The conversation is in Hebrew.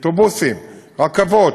אוטובוסים, רכבות,